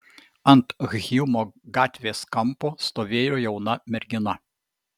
ant hjumo gatvės kampo stovėjo jauna mergina